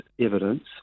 evidence